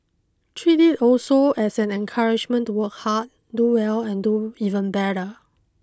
treat it also as an encouragement to work hard do well and do even better